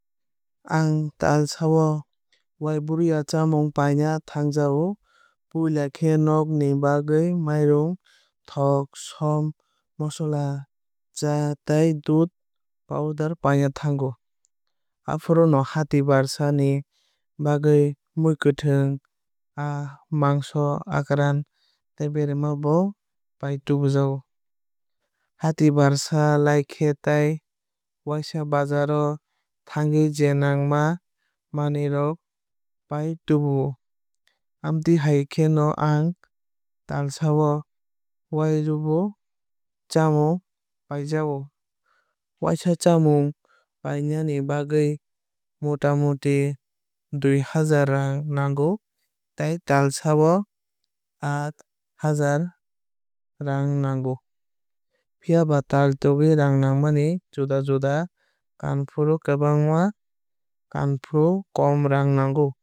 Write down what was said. Ang talsa o waibruia chamung paina thangjago. Puila khe nog ni bagwui mairum thok som mosola cha tei dudh powder paina thango. Afuru no hati barsa ni bagwui mwkhwuitwng aa mangso akran tei berma bo pai tubujago. Hati barsa laikhe tai waisa bazar o thangwui je nangma manwui rok pai tubu o. Amtwui hai khe no ang talsa o waibrwui chamung paijago. Waisa chamung painani bagwui mota moti dui hazar raang nango teil talsa o aat hazar raang nango. Phiaba tal thwgwui raang nangmani juda juda kunufru kwbang kunufru kom raang nango.